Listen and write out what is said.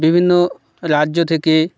বিভিন্ন রাজ্য থেকে